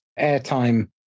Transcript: airtime